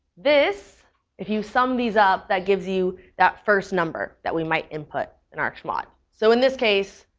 this if you sum these up, that gives you that first number that we might input in our chmod. so in this case,